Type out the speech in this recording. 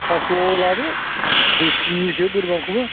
फास्स'आव लादो त्रिस केजिसो बोरमाखौबो